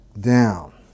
down